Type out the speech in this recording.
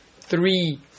three